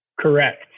Correct